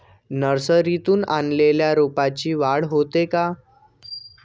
नर्सरीतून आणलेल्या रोपाची वाढ होते का?